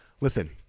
Listen